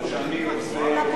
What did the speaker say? הסיכום הוא שאני יוצא לדרך,